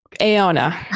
Aona